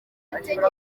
amategeko